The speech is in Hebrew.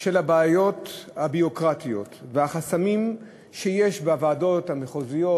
של הבעיות הביורוקרטיות והחסמים שיש בוועדות המחוזיות,